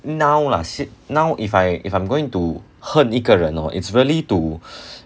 now lah see now if I if I'm going to 恨一个人哦 it's really to